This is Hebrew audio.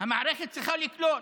המערכת צריכה לקלוט.